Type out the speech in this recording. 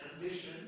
ambition